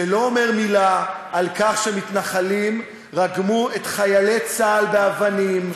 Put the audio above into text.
שלא אומר מילה על כך שמתנחלים רגמו את חיילי צה"ל באבנים.